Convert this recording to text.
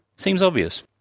seems obvious.